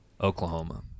Oklahoma